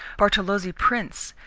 bartolozzi prints,